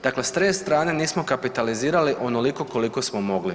Dakle, s te strane nismo kapitalizirali onoliko koliko smo mogli.